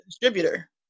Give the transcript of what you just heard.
distributor